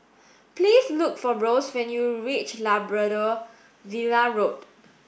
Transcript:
please look for Rose when you reach Labrador Villa Road